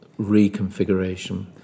reconfiguration